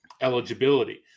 eligibility